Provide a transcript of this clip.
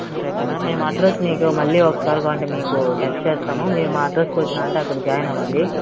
రేపేనా మేము అడ్రస్ మీకు మళ్ళీ ఒకసారి కావాలంటే మీకు టెక్స్ట్ చేస్తాము మీరు మా అడ్రెస్కి వచ్చినారంటే అక్కడ జాయిన్ అవ్వండి